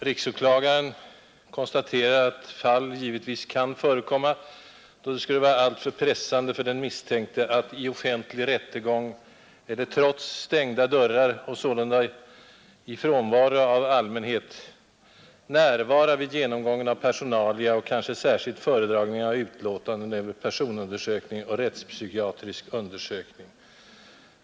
Riksåklagaren konstaterar sålunda att fall givetvis kan förekomma, då det skulle vara alltför pressande för den misstänkte att i offentlig rättegång eller trots stängda dörrar, sålunda i frånvaro av allmänhet, ”närvara vid genomgången av personalia och kanske särskilt föredragningen av utlåtanden över personundersökning och rättspsykiatrisk undersökning”.